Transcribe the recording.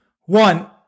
One